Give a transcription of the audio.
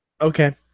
Okay